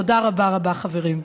תודה רבה רבה, חברים.